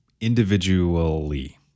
individually